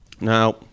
Now